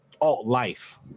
alt-life